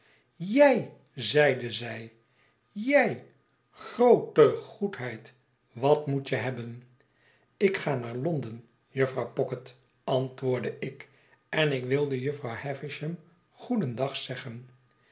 jij zeide zij jij groote goedheid wat moet je hebben ik ga naar londen jufvrouw pocket antwoordde ik en ik wilde jufvrouw